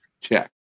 check